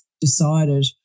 decided